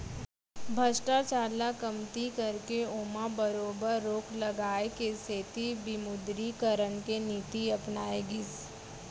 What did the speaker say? भस्टाचार ल कमती करके ओमा बरोबर रोक लगाए के सेती विमुदरीकरन के नीति अपनाए गिस